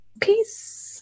Peace